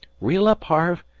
reel up, harve,